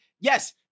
yes